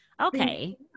Okay